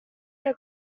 had